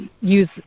use